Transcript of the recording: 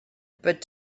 but